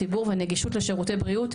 הציבור והנגישות לשירותי הבריאות,